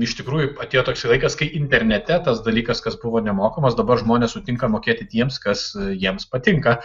iš tikrųjų atėjo toksai laikas kai internete tas dalykas kas buvo nemokamas dabar žmonės sutinka mokėti tiems kas jiems patinka